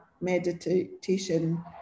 meditation